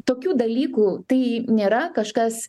tokių dalykų tai nėra kažkas